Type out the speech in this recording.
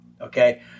okay